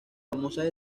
famosas